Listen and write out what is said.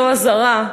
זו הזרה,